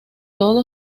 todo